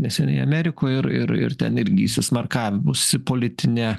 neseniai amerikoj ir ir ir ten irgi įsismarkavusi politinė